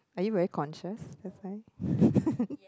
are you very conscious sometimes